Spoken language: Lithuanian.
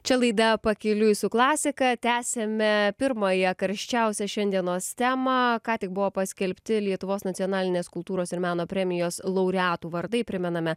čia laida pakeliui su klasika tęsiame pirmąją karščiausią šiandienos temą ką tik buvo paskelbti lietuvos nacionalinės kultūros ir meno premijos laureatų vardai primename